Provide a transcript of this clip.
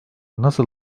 nasıl